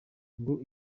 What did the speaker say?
ngo